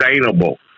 sustainable